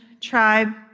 tribe